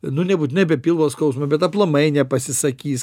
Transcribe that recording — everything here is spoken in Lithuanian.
nu nebūtinai apie pilvo skausmą bet aplamai nepasisakys